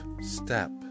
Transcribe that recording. step